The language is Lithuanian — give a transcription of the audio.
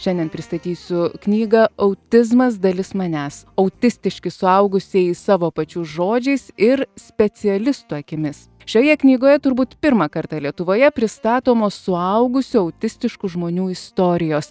šiandien pristatysiu knygą autizmas dalis manęs autistiški suaugusieji savo pačių žodžiais ir specialistų akimis šioje knygoje turbūt pirmą kartą lietuvoje pristatomos suaugusių autistiškų žmonių istorijos